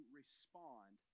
respond